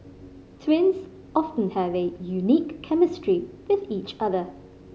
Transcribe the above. twins often have a unique chemistry with each other